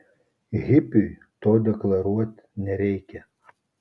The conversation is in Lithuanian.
hipiui to deklaruot nereikia